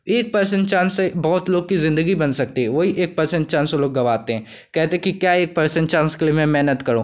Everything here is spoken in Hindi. एक पर्सेंट चांस से बहुत लोग की ज़िंदगी बन सकती है वही एक परसेंट चांस वो लोग गवाते हैं कहते हैं कि क्या एक पर्सेंट चांस के लिए मैं मेहनत करूँ